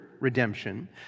redemption